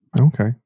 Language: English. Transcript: Okay